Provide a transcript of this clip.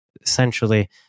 essentially